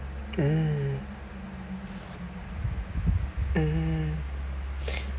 mm mm